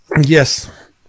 yes